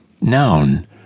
Noun